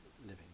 living